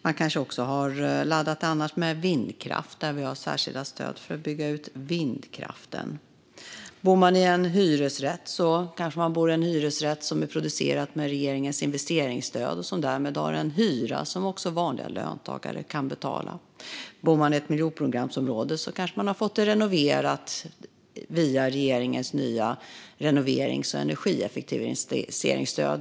Man kanske också har laddat med vindkraft. Vi har särskilda stöd för att bygga ut vindkraften. Bor man i en hyresrätt kanske man bor i en hyresrätt som är producerad med regeringens investeringsstöd och som därmed har en hyra som också vanliga löntagare kan betala. Bor man i ett miljonprogramsområde kanske man kan ha fått det renoverat via regeringens nya renoverings och energieffektiviseringsstöd.